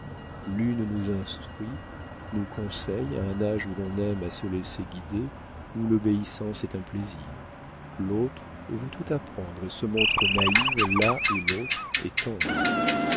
nous instruit nous conseille à un âge où l'on aime à se laisser guider où l'obéissance est un plaisir l'autre veut tout apprendre et se montre naïve là où l'autre est tendre